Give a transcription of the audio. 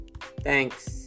Thanks